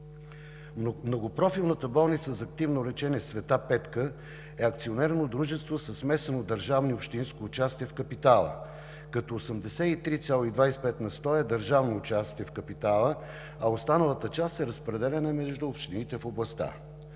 Многопрофилната болница за активно лечение „Света Петка“ е акционерно дружество със смесено държавно и общинско участие в капитала, като 83,25 на 100 е държавно участие в капитала, а останалата част се разпределя между общините в областта.